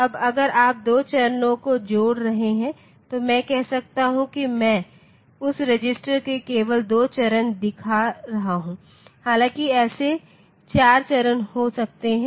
अब अगर आप 2 चरणों को जोड़ रहे हैं तो मैं कह रहा हूं कि मैं उस रजिस्टर के केवल 2 चरण दिखा रहा हूं हालांकि ऐसे 4 चरण हो सकते हैं